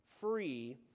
free